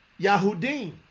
Yahudim